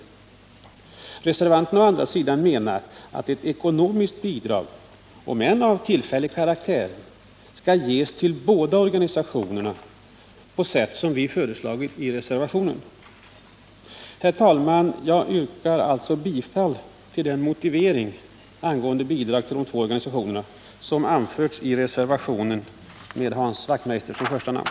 Reservanterna å andra sidan menar att ekonomiskt bidrag, om än av tillfällig karaktär, skall ges till båda organisationerna på sätt som vi föreslagit i reservationen. Herr talman! Jag yrkar alltså bifall till den motivering angående bidrag till de två organisationerna som anförts i reservationen med Hans Wachtmeister som första namn.